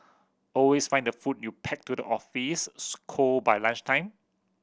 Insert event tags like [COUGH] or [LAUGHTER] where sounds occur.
always find the food you pack to the office [UNINTELLIGIBLE] cold by lunchtime